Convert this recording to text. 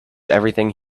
everything